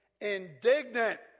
indignant